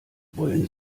wollen